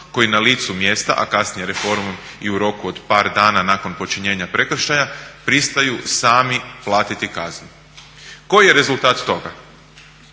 koji na licu mjesta, a kasnije reformom i u roku od par dana nakon počinjenja prekršaja pristaju sami platiti kaznu. Koji je rezultat toga?